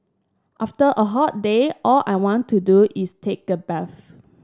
after a hot day all I want to do is take a bath